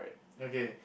okay